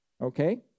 okay